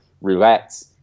relax